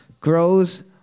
grows